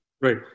Right